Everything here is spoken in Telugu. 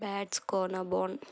బ్యాట్స్కోనబోన్